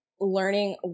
learning